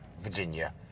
Virginia